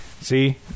See